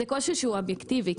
זה קושי שהוא אובייקטיבי.